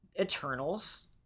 eternals